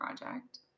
project